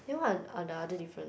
then what are are the other different